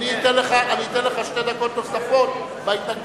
אני אתן לך שתי דקות נוספות בהתנגדות,